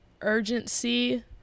urgency